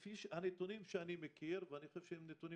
לפי הנתונים שאני מכיר ואני חושב שהם נכונים